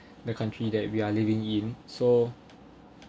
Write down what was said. the country that we are living in so